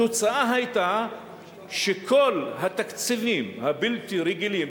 התוצאה היתה שכל התקציבים הבלתי-רגילים,